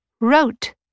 wrote